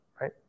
Right